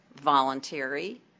voluntary